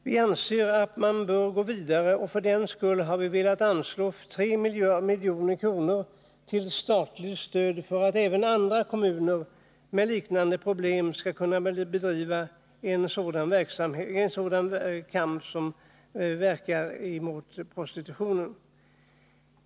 Vi anser att man nu bör gå vidare, och för den skull har vi velat anslå 3 milj.kr. till statligt stöd för att även andra kommuner med sådana problem skall kunna bedriva en liknande kamp mot prostitutionen.